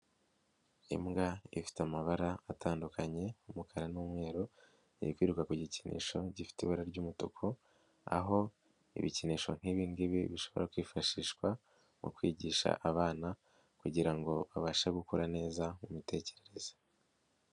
Imbwa ifite amabara atandukanye umukara n'umweru. Iri kwiruka ku gikinisho gifite ibara ry'umutuku, aho ibikinisho nk'ibi ngibi bishobora kwifashishwa mu kwigisha abana kugira ngo babashe gukura neza mu mitekerereze.